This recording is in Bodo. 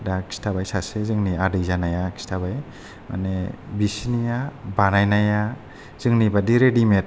दा खिन्थाबाय सासे जोंनि आदै जानाया खिन्थाबाय माने बिसिनिया बानायनाया जोंनि बायदि रेडिमेड